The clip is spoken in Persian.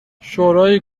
شورای